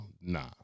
Nah